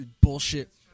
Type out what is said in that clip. Bullshit